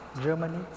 Germany